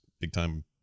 big-time